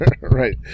Right